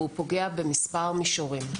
והוא במספר מישורים.